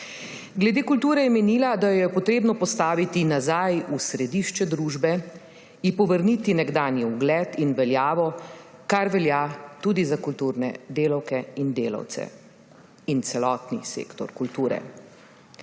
Glede kulture je menila, da jo je treba postaviti nazaj v središče družbe, ji povrniti nekdanji ugled in veljavo, kar velja tudi za kulturne delavke in delavce ter celotni sektor kulture.